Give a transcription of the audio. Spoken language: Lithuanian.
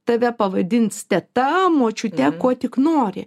tave pavadins teta močiute kuo tik nori